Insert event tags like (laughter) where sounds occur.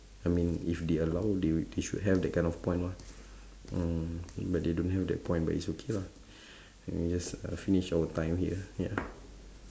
I mean if they allow they wi~ they should have that kind of point mah mm but they don't have that point but it's okay lah (breath) I mean just finish our time here ya